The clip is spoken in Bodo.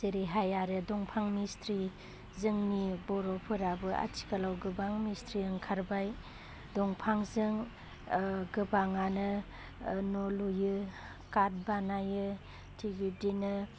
जेरैहाय आरो दफां मिस्ट्रि जोंनि बर'फोराबो आथिखालाव गोबां मिस्ट्रि ओंखारबाय दंफांजों गोबाङानो न' लुयो काट बानायो थिक बिब्दिनो